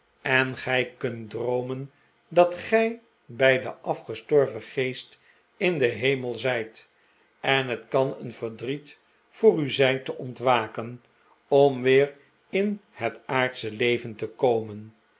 en gij kunt droomen dat gij bij den afgestorven geest in den hemel zij t en het kan een verdriet voor u zijn te ontwaken om weer in het aardsche leven te komen